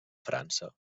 frança